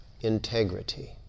integrity